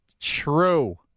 True